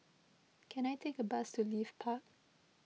can I take a bus to Leith Park